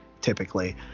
typically